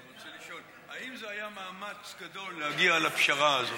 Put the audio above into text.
אני רוצה לשאול: האם זה היה מאמץ גדול להגיע לפשרה הזאת?